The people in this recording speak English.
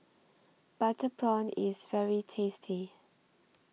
Butter Prawn IS very tasty